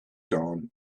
dawn